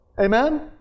Amen